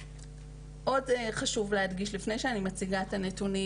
עוד חושב להדגיש לפני שאני מציגה את הנתונים,